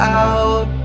out